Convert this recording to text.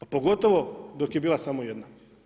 A pogotovo dok je bila samo jedna.